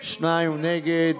שניים נגד.